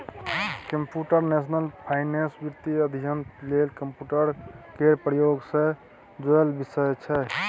computational finance वित्तीय अध्ययन लेल कंप्यूटर केर प्रयोग सँ जुड़ल विषय छै